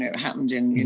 it happened in